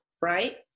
right